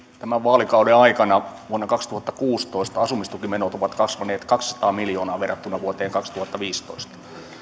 tämän vaalikauden aikana vuonna kaksituhattakuusitoista asumistukimenot ovat kasvaneet kaksisataa miljoonaa verrattuna vuoteen kaksituhattaviisitoista